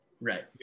Right